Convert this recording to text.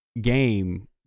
game